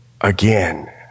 again